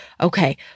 okay